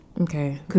Okay